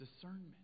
discernment